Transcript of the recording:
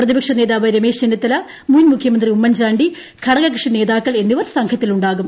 പ്രതിപക്ഷ നേതാവ് രമേശ് ചെന്നിത്തല മുൻ മുഖ്യമന്ത്രി ഉമ്മൻചാണ്ടി ഘടകക്ഷി നേതാക്കൾ എന്നിവർ സംഘത്തിലുണ്ടാകും